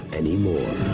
anymore